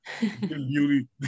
Beauty